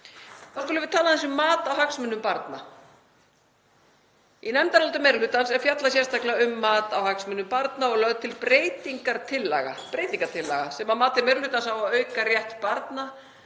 Þá skulum við tala aðeins um mat á hagsmunum barna. Í nefndaráliti meiri hlutans er fjallað sérstaklega um mat á hagsmunum barna og lögð til breytingartillaga sem að mati meiri hlutans á að auka rétt barna